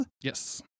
Yes